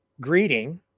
greeting